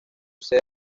sede